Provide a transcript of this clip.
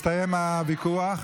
הסתיים הוויכוח.